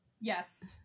Yes